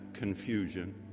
confusion